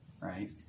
right